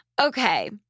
okay